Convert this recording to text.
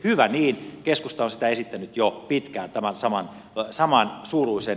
keskusta on esittänyt jo pitkään tätä samansuuruista lukua